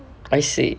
I see